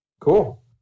Cool